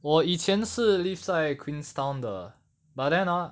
我以前是 live 在 queenstown 的 but then ah